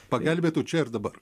pagelbėtų čia ir dabar